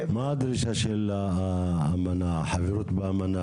מה הדרישה של החברות באמנה?